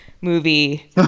movie